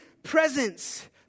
presence